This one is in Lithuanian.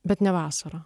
bet ne vasarą